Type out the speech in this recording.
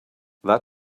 that